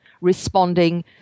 responding